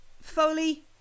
Foley